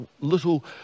little